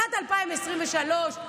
שנת 2023,